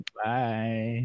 bye